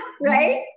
Right